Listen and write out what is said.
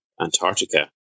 Antarctica